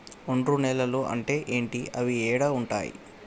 ఒండ్రు నేలలు అంటే ఏంటి? అవి ఏడ ఉంటాయి?